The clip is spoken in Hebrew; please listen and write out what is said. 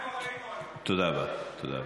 היושב-ראש, תודה, תודה רבה.